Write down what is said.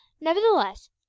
Nevertheless